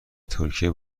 ترکیه